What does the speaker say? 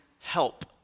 help